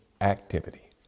activity